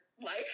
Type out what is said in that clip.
life